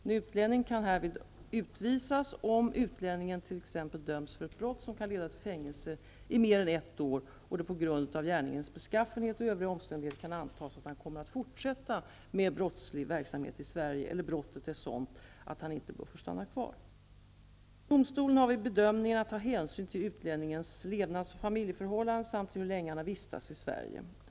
En utlänning kan härvid utvisas om utlänningen t.ex. döms för ett brott som kan leda till fängelse i mer än ett år och det på grund av gärningens beskaffenhet och övriga omständigheter kan antas att han kommer att fortsätta med brottslig verksamhet i Sverige eller brottet är sådant att han inte bör få stanna kvar. Domstolen har vid bedömningen att ta hänsyn till utlänningens levnads och familjeförhållanden samt hur länge han har vistats i Sverige.